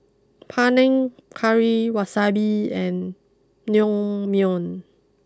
Panang Curry Wasabi and Naengmyeon